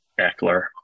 Eckler